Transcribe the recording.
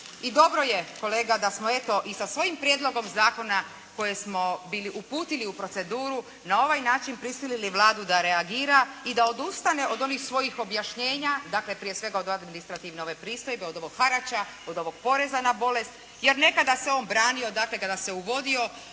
I dobro je kolega da smo eto i sa svojim prijedlogom zakona koje smo biti uputili u proceduru na ovaj način prisilili Vladu da reagira i da odustane od onih svojih objašnjenja, dakle prije svega od administrativne ove pristojbe, od ovog harača, od ovog poreza na bolest, jer nekada se on branio, dakle, kada se uvodio,